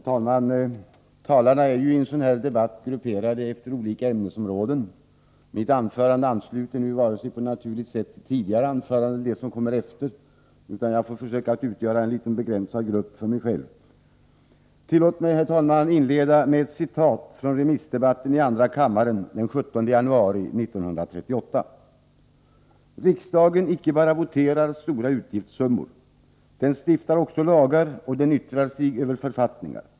Herr talman! Talarna i en debatt som denna är grupperade efter olika ämnesområden. Mitt anförande ansluter sig emellertid på naturligt sätt varken till tidigare anföranden eller till dem som kommer efter detta. Mitt anförande får så att säga utgöra en begränsad kategori. Tillåt mig, herr talman, inleda med ett citat från remissdebatten i andra kammaren den 17 januari 1938: ”Riksdagen icke bara voterar stora utgiftssummor, den stiftar också lagar och den yttrar sig över författningar.